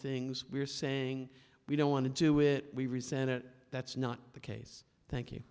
things we're saying we don't want to do it we re senate that's not the case thank you